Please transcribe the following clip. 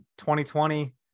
2020